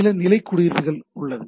சில நிலைக் குறியீடுகள் உள்ளது